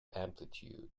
amplitude